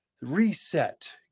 reset